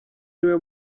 niwe